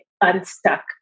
unstuck